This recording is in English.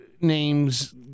names